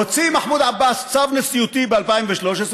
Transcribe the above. הוציא מחמוד עבאס צו נשיאותי ב-2013,